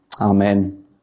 amen